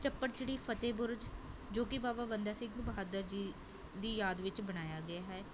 ਚੱਪੜਚਿੜੀ ਫਤਿਹ ਬੁਰਜ ਜੋ ਕਿ ਬਾਬਾ ਬੰਦਾ ਸਿੰਘ ਬਹਾਦਰ ਜੀ ਦੀ ਯਾਦ ਵਿੱਚ ਬਣਾਇਆ ਗਿਆ ਹੈ